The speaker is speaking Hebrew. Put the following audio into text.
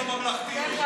איזו ממלכתיות.